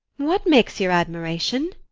what makes your admiration?